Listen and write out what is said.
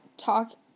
talk